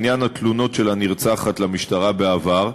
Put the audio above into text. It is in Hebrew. לעניין התלונות של הנרצחת למשטרה בעבר,